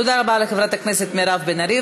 תודה רבה לחברת הכנסת מירב בן ארי.